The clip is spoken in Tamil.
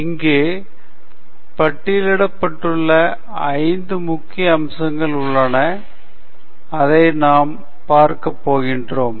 இங்கே பட்டியலிடப்பட்டுள்ள ஐந்து முக்கிய அம்சங்கள் உள்ளன அதை நாம் பார்க்க போகிறோம்